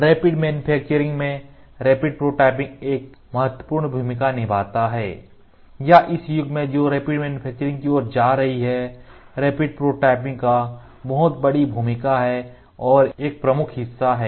rapid manufacturing में rapid prototyping एक महत्वपूर्ण भूमिका निभाता है या इस युग में जो रैपिड मैन्युफैक्चरिंग की ओर जा रही है रैपिड प्रोटोटाइपिंग का बहुत बड़ी भूमिका है और एक प्रमुख हिस्सा है